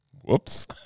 Whoops